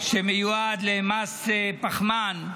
שמיועד למס פחמן,